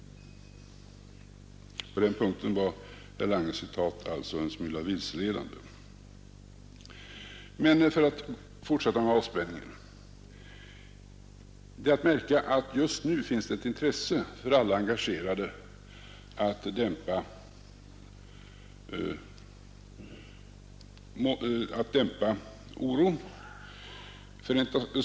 På den punkten var alltså herr Langes citat en smula vilseledande. Men låt mig fortsätta med avspänningen. Att märka är att just nu finns det hos alla engagerade ett intresse av att dämpa oro.